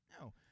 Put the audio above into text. No